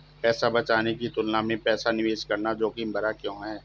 पैसा बचाने की तुलना में पैसा निवेश करना जोखिम भरा क्यों है?